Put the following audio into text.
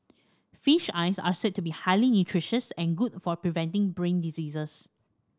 fish eyes are said to be highly nutritious and good for preventing brain diseases